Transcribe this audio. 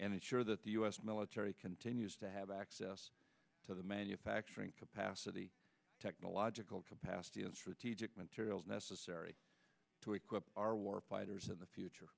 and ensure that the u s military continues to have access to the manufacturing capacity technological capacity as for the materials necessary to equip our war fighters in the future